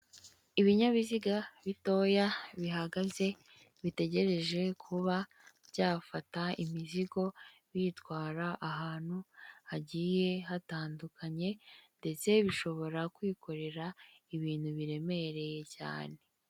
Ibinyabiziga bitoya bihagaze bitegereje kuba byafata imizigo biyitwara ahantu hagiye hatandukanye ndetse bishobora kwikorera ibintu biremereye cyane.